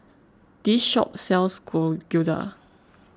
this shop sells Gyoza